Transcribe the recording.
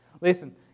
Listen